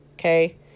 okay